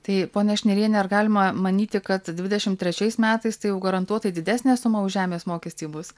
tai ponia šniriene ar galima manyti kad dvidešimt trečiais metais tai jau garantuotai didesnė suma už žemės mokestį bus